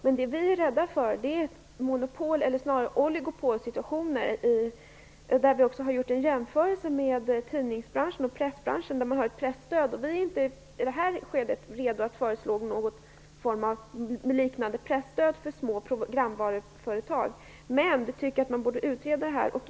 Men vad vi är rädda för är oligopolsituationer. Vi har gjort en jämförelse med tidningsoch pressbranschen, som har ett presstöd. Vi är inte i nuvarande skede redo att föreslå något som liknar presstöd för små programvaruföretag. Men vi tycker att frågan borde utredas.